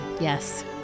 Yes